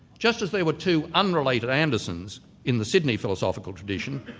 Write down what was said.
just as there were two unrelated andersons in the sydney philosophical tradition,